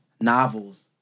novels